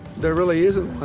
there really isn't